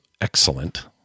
excellent